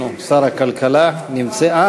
ירושלים, הכנסת, שעה